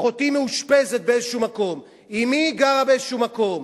אחותי מאושפזת באיזה מקום, אמי גרה באיזה מקום.